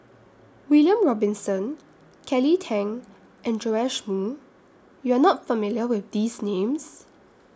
William Robinson Kelly Tang and Joash Moo YOU Are not familiar with These Names